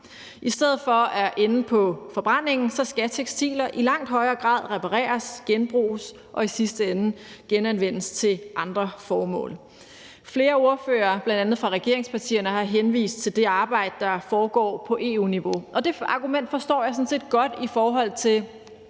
I stedet for at ende på forbrændingen skal tekstiler i langt højere grad repareres, genbruges og i sidste ende genanvendes til andre formål. Flere ordførere, bl.a. fra regeringspartierne, har henvist til det arbejde, der foregår på EU-niveau, og det argument forstår jeg sådan set godt i forhold til